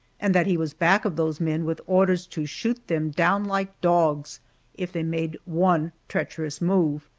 and that he was back of those men with orders to shoot them down like dogs if they made one treacherous move.